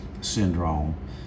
syndrome